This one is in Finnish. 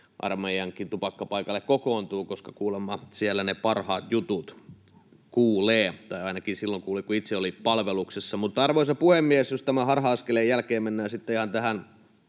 armeijankin tupakkapaikalle kokoontuu, koska kuulemma siellä ne parhaat jutut kuulee, tai ainakin silloin kuuli, kun itse olin palveluksessa. Arvoisa puhemies! Jos tämän harha-askeleen jälkeen mennään sitten ihan tähän